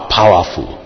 powerful